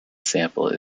sample